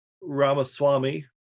Ramaswamy